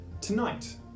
Tonight